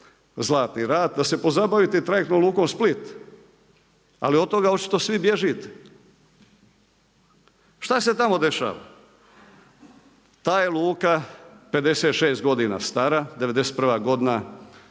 Zlatni rat da se pozabavite i trajektnom lukom Split. Ali od toga očito svi bježite. Šta se tamo dešava? Ta je luka 56 godina stara.'91. godina stvaranje